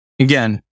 again